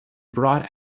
brought